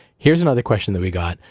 here's another question that we got.